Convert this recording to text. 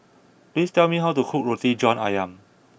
please tell me how to cook Roti John Ayam